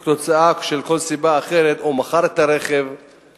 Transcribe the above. או שמכר את הרכב, או מכל סיבה אחרת.